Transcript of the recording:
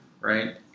right